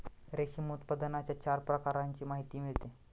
रेशीम उत्पादनाच्या चार प्रकारांची माहिती मिळते